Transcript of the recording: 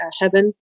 heaven